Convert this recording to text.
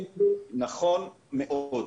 נכון מאוד.